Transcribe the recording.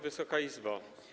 Wysoka Izbo!